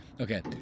Okay